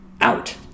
out